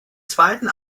zweiten